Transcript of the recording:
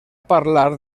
parlar